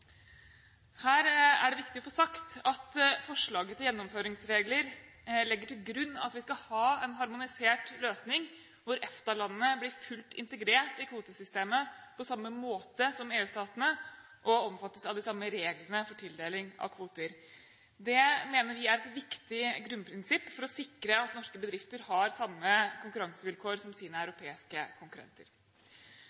Her er det viktig å få sagt at forslaget til gjennomføringsregler legger til grunn at vi skal ha en harmonisert løsning, hvor EFTA-landene blir fullt integrert i kvotesystemet på samme måte som EU-statene og omfattes av de samme reglene for tildeling av kvoter. Det mener vi er et viktig grunnprinsipp for å sikre at norske bedrifter har samme konkurransevilkår som sine